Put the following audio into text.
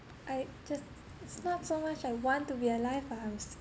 I just it's not so much I want to be alive but I'm